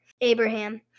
Abraham